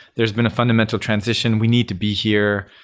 there's been a fundamental transition. we need to be here,